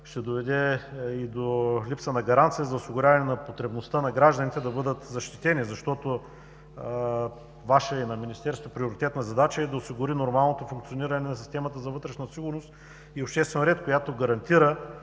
ще доведе до липса на гаранции за осигуряване на потребността на гражданите да бъдат защитени. Ваша и на Министерството приоритетна задача е да осигурите нормалното функциониране на системата за вътрешна сигурност и обществен ред, която гарантира